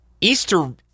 easter